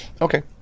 Okay